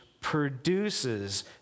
produces